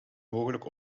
mogelijk